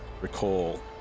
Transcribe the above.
recall